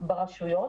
ברשויות.